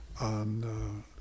on